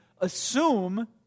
assume